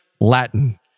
Latin